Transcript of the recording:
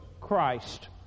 Christ